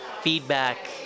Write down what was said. feedback